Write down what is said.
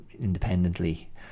independently